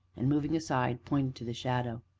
and, moving aside, pointed to the shadow.